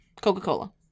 Coca-Cola